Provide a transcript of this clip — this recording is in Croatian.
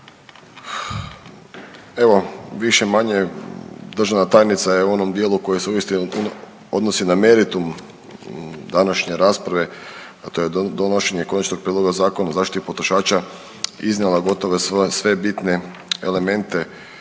Evo više-manje državna tajnica je u onom dijelu koje se uistinu odnosi na meritum današnje rasprave, a to je donošenje konačnog prijedloga zakona o zaštiti potrošača iznijela gotovo sve bitne elemente